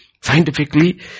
Scientifically